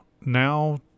now